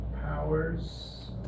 Powers